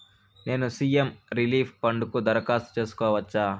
నేను CM relief fund కు దరఖాస్తు సేసుకోవచ్చా?